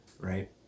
right